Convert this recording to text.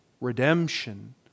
redemption